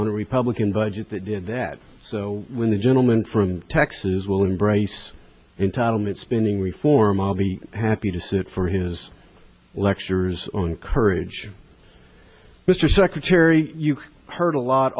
on a republican budget that did that so when the gentleman from texas will embrace entitlement spending reform all be happy to sit for his lectures on courage mr secretary you've heard a lot